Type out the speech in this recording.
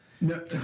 no